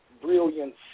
brilliance